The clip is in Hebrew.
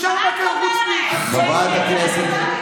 לזכותו, חברת הכנסת יסמין